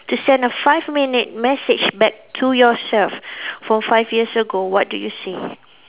to send a five minute message back to yourself from five years ago what do you say